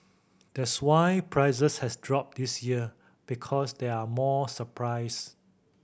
that's why prices has dropped this year because there are more surprise